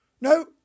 No